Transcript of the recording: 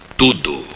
tudo